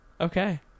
okay